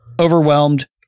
overwhelmed